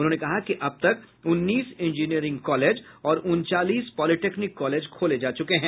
उन्होंने कहा कि अब तक उन्नीस इंजीनियरिंग कॉलेज और उनचालीस पॉलिटेक्निक कॉलेज खोले जा चुके हैं